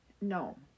No